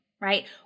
right